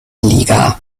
liga